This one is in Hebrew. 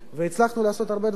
והצלחנו לעשות הרבה דברים.